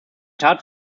tat